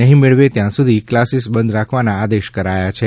નહીં મેળવે ત્યાં સુધી કલાસીસ બંધ રાખવાના આદેશ કરાયા છે